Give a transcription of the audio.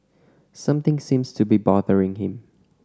something seems to be bothering him